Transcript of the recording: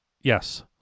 Yes